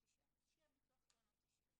אישיות אז שיהיה ביטוח תאונות אישיות.